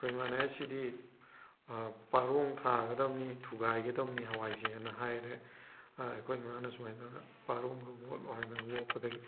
ꯑꯩꯈꯣꯏ ꯏꯃꯥꯅ ꯍꯩ ꯁꯤꯗꯤ ꯄꯥꯔꯣꯡ ꯊꯥꯒꯗꯕꯅꯤ ꯊꯨꯒꯥꯏꯒꯗꯕꯅꯤ ꯍꯋꯥꯏꯁꯦꯅ ꯍꯥꯏꯔꯦ ꯑꯩꯈꯣꯏ ꯏꯃꯥꯅ ꯁꯨꯃꯥꯏꯅ ꯇꯧꯗꯅ ꯄꯥꯔꯣꯡꯅ ꯑꯣꯠꯂꯣ ꯍꯥꯏꯗꯅ ꯑꯣꯠꯄꯗꯒꯤ